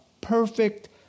perfect